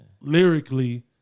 lyrically